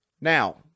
Now